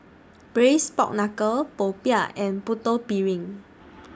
Braised Pork Knuckle Popiah and Putu Piring